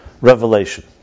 revelation